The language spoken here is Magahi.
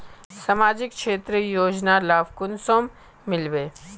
सामाजिक क्षेत्र योजनार लाभ कुंसम मिलबे?